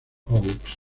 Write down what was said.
oaks